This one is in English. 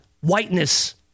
whiteness